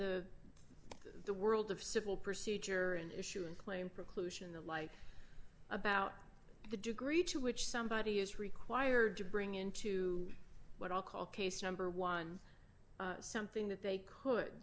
the the world of civil procedure an issue and claim preclusion the like about the degree to which somebody is required to bring into what i'll call case number one something that they could